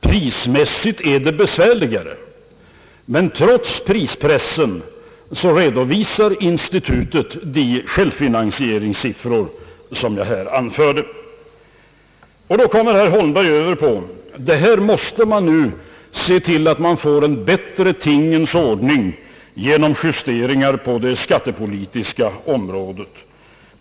Prismässigt är det besvärligare. Trots prispressen redovisar konjunkturinstitutet de självfinansieringssiffror som jag har redogjort för. Herr Holmberg anser att vi måste få till stånd en bättre tingens ordning genom justeringar på det skattepolitiska området.